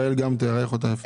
יעל תארח אותה יפה.